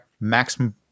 maximum